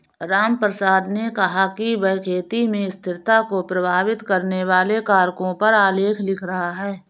रामप्रसाद ने कहा कि वह खेती में स्थिरता को प्रभावित करने वाले कारकों पर आलेख लिख रहा है